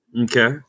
Okay